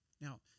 Now